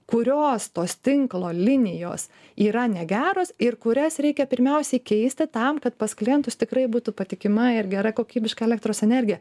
kurios tos tinklo linijos yra negeros ir kurias reikia pirmiausia keisti tam kad pas klientus tikrai būtų patikima ir gera kokybiška elektros energija